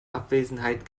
abwesenheit